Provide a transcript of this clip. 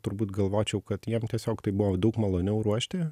turbūt galvočiau kad jiem tiesiog tai buvo daug maloniau ruošti